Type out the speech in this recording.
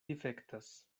difektas